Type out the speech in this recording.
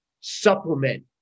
supplement